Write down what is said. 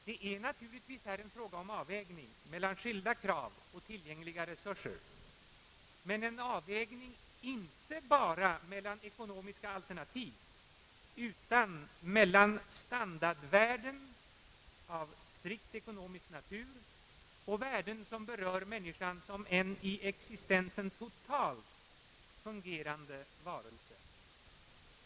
Det är naturligtvis här fråga om en avvägning mellan skilda krav och tillgängliga resurser. Men det är en avvägning, inte bara mellan ekonomiska alternativ utan mellan standardvärden av strikt ekonomisk natur och värden som berör människan som en i existensen totalt fungerande varelse.